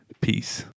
peace